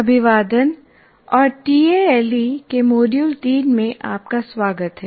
अभिवादन और टीएएलई के मॉड्यूल 3 में आपका स्वागत है